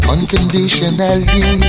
Unconditionally